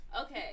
Okay